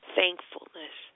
Thankfulness